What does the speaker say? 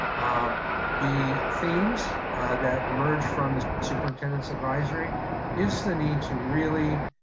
um the themes that emerge from the superintendent's advisory is the need to really